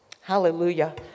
Hallelujah